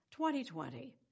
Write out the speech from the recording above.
2020